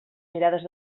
mirades